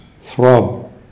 throb